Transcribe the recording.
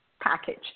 package